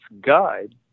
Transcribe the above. guide